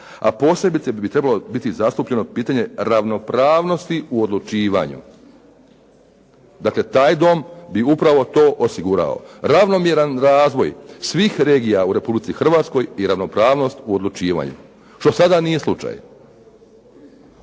a posebice bi trebalo biti zastupljeno pitanje ravnopravnosti u odlučivanju. Dakle, taj Dom bi upravo to osigurao. Ravnomjeran razvoj svih regija u Republici Hrvatskoj i ravnopravnost u odlučivanju što sada nije slučaj.